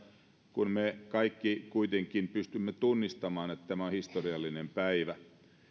kun me kaikki kuitenkin pystymme tunnistamaan sen että tämä on historiallinen päivä